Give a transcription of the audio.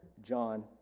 John